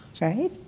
right